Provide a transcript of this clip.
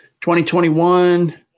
2021